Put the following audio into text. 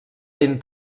ben